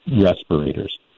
respirators